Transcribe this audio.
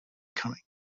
coming